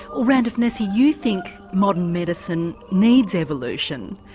well, randolph nesse, you think modern medicine needs evolution.